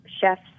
chefs